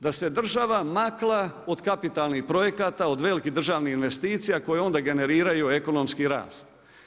Da se država maknula od kapitalnih projekata, od velikih državnih investicija koje onda generiraju ekonomski rast.